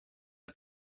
got